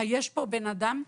היש פה בן אדם?